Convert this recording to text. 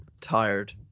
tired